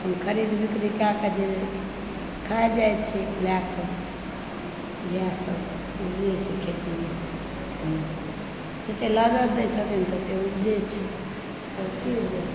अपन खरीद बिक्री कए कऽ जे खाए जै छै लए कऽ इएह सब उपजै छै खेतीमे जतय लागत दए छथिन ततय उपजै छै आओर की उपजतै